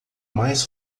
mais